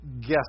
guess